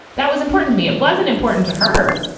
that was important to me. it wasn't important to her.